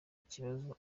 ikibazo